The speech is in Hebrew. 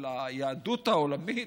של היהדות העולמית?